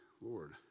Lord